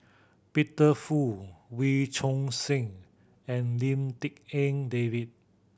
Peter Fu Wee Choon Seng and Lim Tik En David